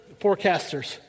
forecasters